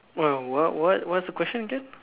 what what what's the question again